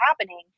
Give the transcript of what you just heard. happening